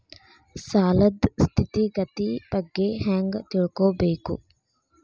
ಸಾಲದ್ ಸ್ಥಿತಿಗತಿ ಬಗ್ಗೆ ಹೆಂಗ್ ತಿಳ್ಕೊಬೇಕು?